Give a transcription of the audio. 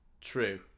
True